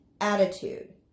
attitude